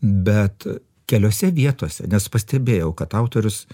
bet keliose vietose nes pastebėjau kad autorius